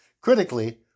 critically